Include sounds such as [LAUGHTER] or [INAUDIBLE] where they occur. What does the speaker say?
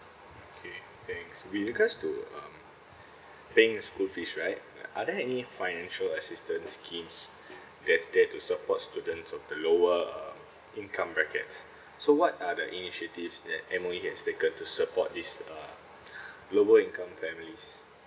okay thanks with regards to um paying the school fees right uh are there any financial assistance schemes that is there to support students of the lower uh income brackets so what are the initiatives that M_O_E has taken to support this uh [BREATH] lower income family